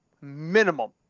Minimum